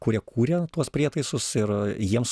kurie kūrė tuos prietaisus ir jiems